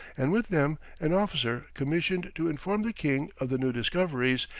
and with them an officer commissioned to inform the king of the new discoveries,